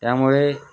त्यामुळे